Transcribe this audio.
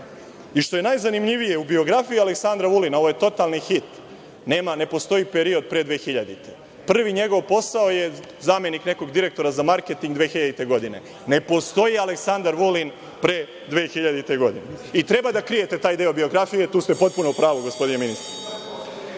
i što je najzanimljivije, u biografiji Aleksandra Vulina, ovo je totalni hit, ne postoji period pre 2000. godine. Prvi njegov posao je zamenik nekog direktora za marketing 2000. godine. Ne postoji Aleksandar Vulin pre 2000. godine i treba da krijete taj deo biografije. Tu ste potpuno u pravu, gospodine ministre. Najveća